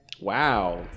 Wow